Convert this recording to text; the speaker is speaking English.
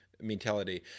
mentality